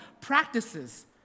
Practices